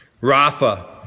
Rafa